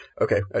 Okay